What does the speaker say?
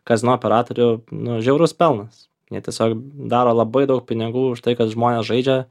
kazino operatorių nu žiaurus pelnas jie tiesiog daro labai daug pinigų už tai kad žmonės žaidžia